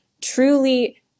truly